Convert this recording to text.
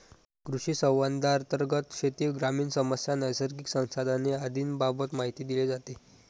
कृषिसंवादांतर्गत शेती, ग्रामीण समस्या, नैसर्गिक संसाधने आदींबाबत माहिती दिली जाते